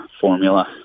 formula